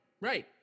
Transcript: Right